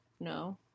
no